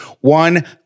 One